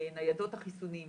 ניידות החיסונים,